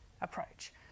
approach